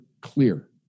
clear